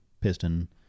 piston